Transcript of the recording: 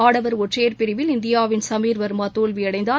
ஆடவர் ஒற்றையர் பிரிவில் இந்தியாவின் சமீர் வர்மா தோல்வியடைந்தார்